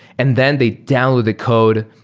and then they download a code,